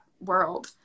world